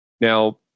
Now